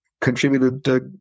contributed